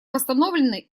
восстановлены